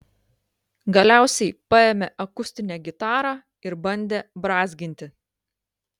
galiausiai paėmė akustinę gitarą ir bandė brązginti